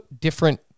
different